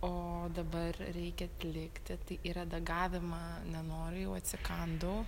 o dabar reikia atlikti tai į redagavimą nenoriu jau atsikandau